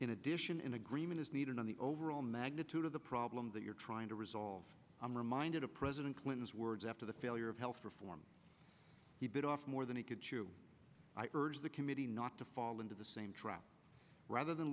in addition in agreement is needed on the overall magnitude of the problem that you're trying to resolve i'm reminded of president clinton's words after the failure of health reform he bit off more than he could chew i urge the committee not to fall into the same trap rather than